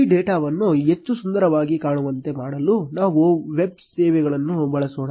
ಈ ಡೇಟಾವನ್ನು ಹೆಚ್ಚು ಸುಂದರವಾಗಿ ಕಾಣುವಂತೆ ಮಾಡಲು ನಾವು ವೆಬ್ ಸೇವೆಯನ್ನು ಬಳಸೋಣ